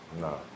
No